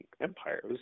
empire